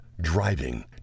driving